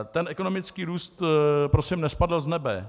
Ten ekonomický růst prosím nespadl z nebe.